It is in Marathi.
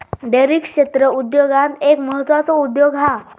डेअरी क्षेत्र उद्योगांत एक म्हत्त्वाचो उद्योग हा